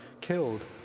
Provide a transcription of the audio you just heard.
killed